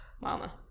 Mama